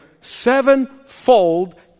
sevenfold